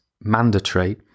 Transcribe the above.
mandatory